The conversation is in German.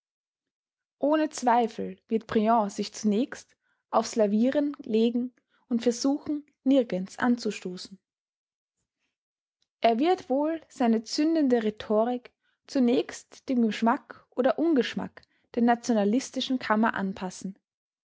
ohne zweifel wird briand sich zunächst aufs lavieren legen und versuchen nirgends anzustoßen er wird wohl seine zündende rhetorik zunächst dem geschmack oder ungeschmack der nationalistischen kammer anpassen